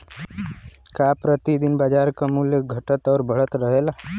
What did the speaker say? का प्रति दिन बाजार क मूल्य घटत और बढ़त रहेला?